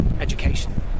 education